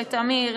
לטמיר,